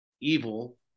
evil